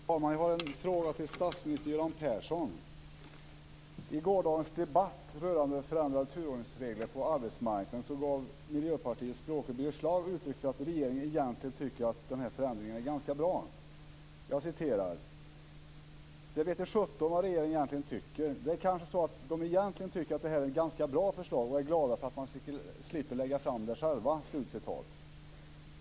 Fru talman! Jag har en fråga till statsminister Göran Persson. I gårdagens debatt rörande förändrade turordningsregler på arbetsmarknaden gav Miljöpartiets språkrör Birger Schlaug uttryck för att regeringen egentligen tycker att förändringen är ganska bra. Jag citerar: "Det vete sjutton vad regeringen egentligen tycker. Det är kanske så att de egentligen tycker att det här är ett ganska bra förslag och är glada för att de slipper lägga fram det själva."